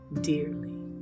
dearly